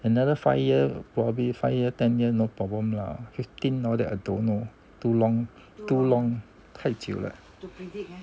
another five year probably five ten year no problem lah fifteen all that I don't know too long too long 太久了